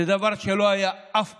זה דבר שלא היה אף פעם.